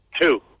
Two